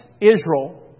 Israel